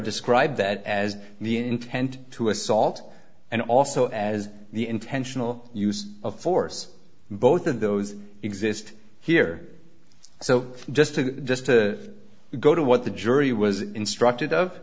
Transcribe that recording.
described that as the intent to assault and also as the intentional use of force both of those exist here so just to just to go to what the jury was instructed